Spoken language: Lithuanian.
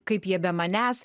kaip jie be manęs